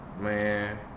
man